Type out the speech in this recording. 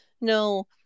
no